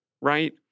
right